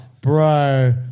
Bro